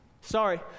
sorry